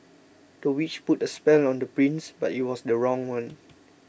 the witch put a spell on the prince but it was the wrong one